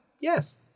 yes